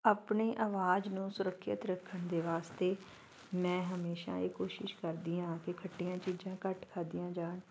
ਆਪਣੀ ਆਵਾਜ਼ ਨੂੰ ਸੁਰੱਖਿਅਤ ਰੱਖਣ ਦੇ ਵਾਸਤੇ ਮੈਂ ਹਮੇਸ਼ਾ ਇਹ ਕੋਸ਼ਿਸ਼ ਕਰਦੀ ਹਾਂ ਕਿ ਖੱਟੀਆਂ ਚੀਜ਼ਾਂ ਘੱਟ ਖਾਦੀਆਂ ਜਾਣ